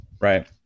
right